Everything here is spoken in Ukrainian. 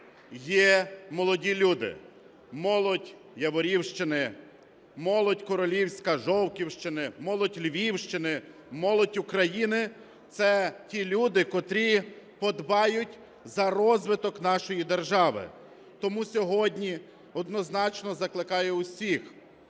є молоді люди, молодь Яворівщини, молодь королівська Жовківщини, молодь Львівщини, молодь України – це ті люди, котрі подбають за розвиток нашої держави. Тому сьогодні однозначно закликаю всіх,